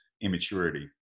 immaturity